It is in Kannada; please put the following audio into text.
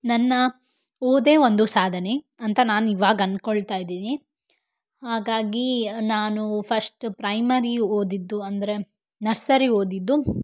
ನನ್ನ ಓದೇ ಒಂದು ಸಾಧನೆ ಅಂತ ನಾನು ಇವಾಗ ಅಂದ್ಕೊಳ್ತಾ ಇದ್ದೀನಿ ಹಾಗಾಗಿ ನಾನು ಫಸ್ಟ್ ಪ್ರೈಮರಿ ಓದಿದ್ದು ಅಂದರೆ ನರ್ಸರಿ ಓದಿದ್ದು